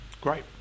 Great